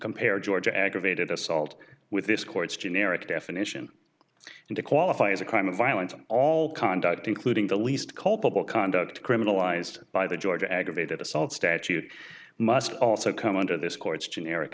compare georgia aggravated assault with this court's generic definition and to qualify as a crime of violence and all conduct including the least culpable conduct criminalized by the georgia aggravated assault statute must also come under this court's generic